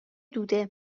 دوده